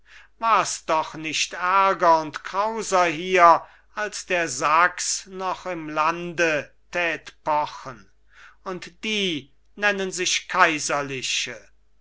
wars doch nicht ärger und krauser hier als der sachs noch im lande tät pochen und die nennen sich kaiserliche